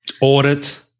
Audit